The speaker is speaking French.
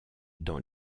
dans